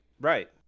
Right